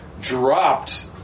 dropped